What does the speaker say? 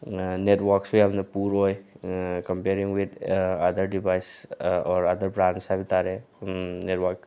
ꯅꯦꯠꯋꯥꯛꯁꯨ ꯌꯥꯝ ꯄꯨꯔ ꯑꯣꯏ comparing with other device or other brands ꯍꯥꯏꯕ ꯇꯥꯔꯦ ꯅꯦꯠꯋꯥꯛ